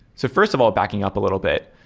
so first of all, backing up a little bit,